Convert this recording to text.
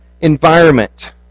environment